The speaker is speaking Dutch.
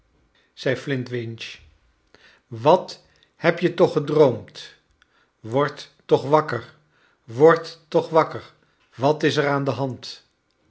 zei flintwinch wat heb je toch j gedroomd word toch wakker word toch wakker wat is er aan de hand